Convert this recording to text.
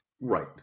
right